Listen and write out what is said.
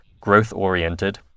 growth-oriented